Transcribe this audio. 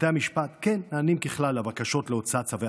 בתי המשפט כן נענים ככלל לבקשות להוצאת צווי